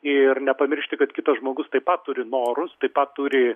ir nepamiršti kad kitas žmogus taip pat turi norus taip pat turi